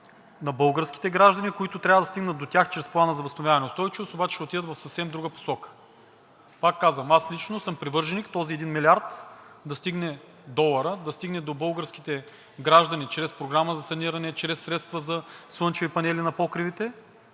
на българските граждани, които трябва да стигнат до тях чрез Плана за възстановяване и устойчивост, обаче ще отидат в съвсем друга посока. Пак казвам, аз лично съм привърженик този 1 млрд. долара да стигне до българските граждани чрез Програмата за саниране, чрез средствата за слънчеви панели на покривите,